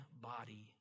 body